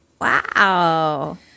Wow